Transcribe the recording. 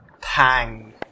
pang